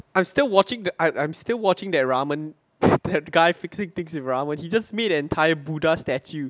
I'm still watching the I I'm still watching that ramen that guy fixing things around when he just made entire buddha statue